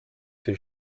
die